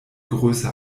größe